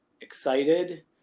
excited